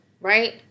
right